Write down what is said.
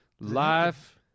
Life